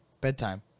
Bedtime